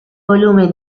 volume